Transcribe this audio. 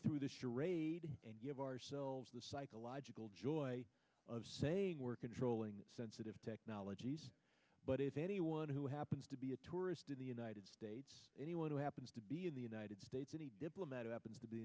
through the charade of ourselves the psychological joy of saying we're controlling sensitive technologies but if anyone who happens to be a tourist in the united states anyone who happens to be in the united states diplomat happens to